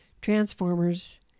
transformers